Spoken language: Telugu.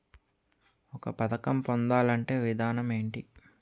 ఒక పథకం పొందాలంటే విధానం ఏంటి?